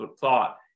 thought